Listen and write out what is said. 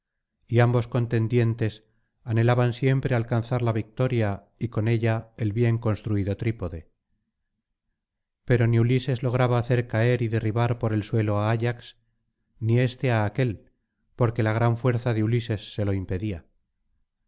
y ambos contendientes anhelaban siempre alcanzar la victoria y con ella el bien construido trípode pero ni ulises lograba hacer caer y derribar por el suelo á ayax ni éste á aquél porque la gran fuerza de ulises se lo impedía